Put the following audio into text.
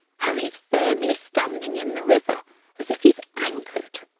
how he's firmly standing in the river as if he's anchored.